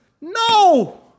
No